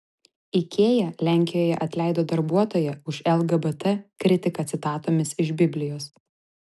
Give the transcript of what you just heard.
ikea lenkijoje atleido darbuotoją už lgbt kritiką citatomis iš biblijos